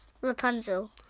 Rapunzel